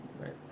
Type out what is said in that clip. Right